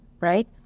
right